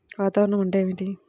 వాతావరణం అంటే ఏమిటి?